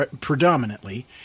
predominantly